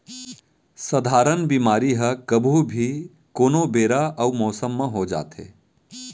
सधारन बेमारी ह कभू भी, कोनो बेरा अउ मौसम म हो जाथे